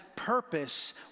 purpose